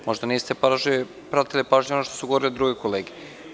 Možda niste pažljivo pratili ono što su govorile druge kolege.